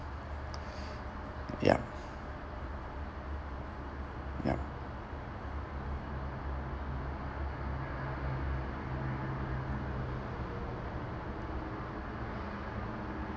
yup yup